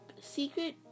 secret